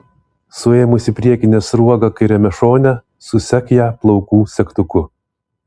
suėmusi priekinę sruogą kairiame šone susek ją plaukų segtuku